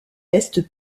est